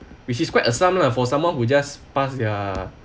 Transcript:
which is quite a sum lah for someone who just pass their